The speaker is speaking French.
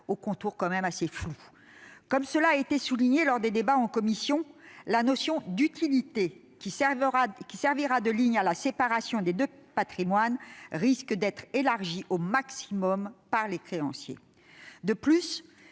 aux contours assez flous. Comme cela a été souligné lors des débats en commission, la notion d'« utilité », qui servira de ligne à la séparation des deux patrimoines, risque d'être élargie au maximum par les créanciers. De plus,